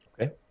Okay